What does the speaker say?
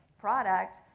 product